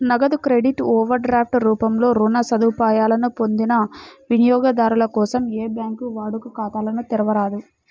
నగదు credit, overdraft రూపంలో రుణ సదుపాయాలను పొందిన వినియోగదారుల కోసం ఏ బ్యాంకూ వాడుక ఖాతాలను తెరవరాదు